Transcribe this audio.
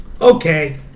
okay